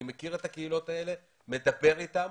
אני מכיר את הקהילות האלה ומדבר אתן.